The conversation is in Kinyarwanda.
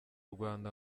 rwanda